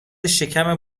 شکم